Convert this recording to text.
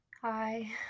Hi